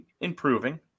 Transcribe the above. improving